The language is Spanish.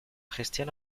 gestión